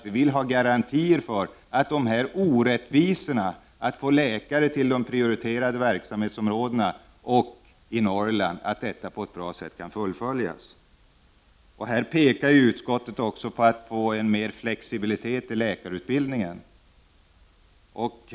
Vi vill ha garantier för att de prioriterade verksamhetsområdena och Norrland kan få läkare. Här pekar utskottet också på möjligheten att få mer flexibilitet i läkarutbildningen.